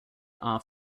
are